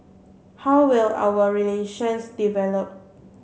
how will our relations develop